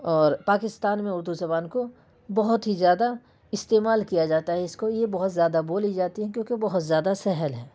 اور پاکستان میں اردو زبان کو بہت ہی زیادہ استعمال کیا جاتا ہے اس کو یہ بہت زیادہ بولی جاتی ہے کیوں کہ بہت زیادہ سہل ہے